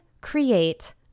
create